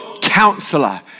Counselor